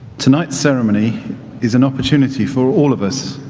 tonight's ceremony is an opportunity for all of us.